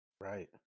Right